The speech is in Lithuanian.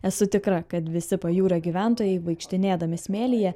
esu tikra kad visi pajūrio gyventojai vaikštinėdami smėlyje